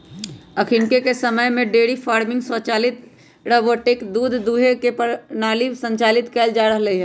अखनिके समय में डेयरी फार्मिंग स्वचालित रोबोटिक दूध दूहे के प्रणाली संचालित कएल जा रहल हइ